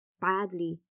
badly